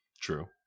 True